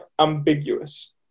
ambiguous